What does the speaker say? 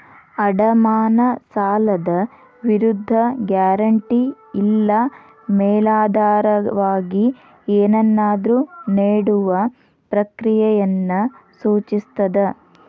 ಅಡಮಾನ ಸಾಲದ ವಿರುದ್ಧ ಗ್ಯಾರಂಟಿ ಇಲ್ಲಾ ಮೇಲಾಧಾರವಾಗಿ ಏನನ್ನಾದ್ರು ನೇಡುವ ಪ್ರಕ್ರಿಯೆಯನ್ನ ಸೂಚಿಸ್ತದ